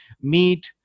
meat